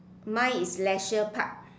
mine is leisure park